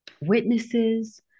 witnesses